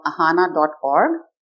Ahana.org